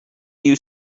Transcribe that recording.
you